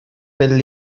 pel